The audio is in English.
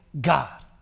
God